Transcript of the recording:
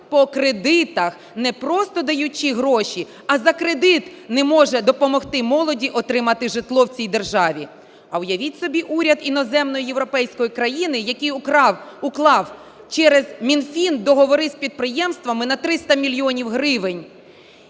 по кредитах, не просто даючи гроші, а за кредит не може допомогти молоді отримати житло в цій державі. А уявіть собі уряд іноземної європейської країни, який украв… уклав через Мінфін договори з підприємством і на 300 мільйонів гривень